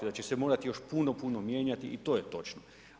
Da će se morati još puno, puno mijenjati i to je točno.